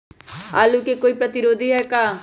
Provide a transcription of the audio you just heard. आलू के कोई प्रतिरोधी है का?